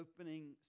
opening